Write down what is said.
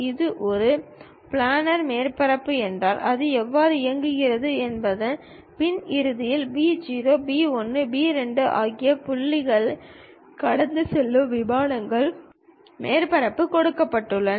இது ஒரு பிளானர் மேற்பரப்பு என்றால் அது எவ்வாறு இயங்குகிறது என்பதன் பின் இறுதியில் பி 0 பி 1 பி 2 ஆகிய மூன்று புள்ளிகளைக் கடந்து செல்லும் விமானம் மேற்பரப்பு கொடுக்கப்பட்டுள்ளது